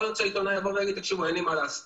יכול להיות שהעיתונאי בכלל יגיד שאין לו מה להסתיר,